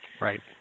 Right